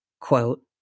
quote